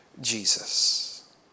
Jesus